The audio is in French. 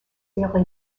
heures